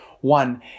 one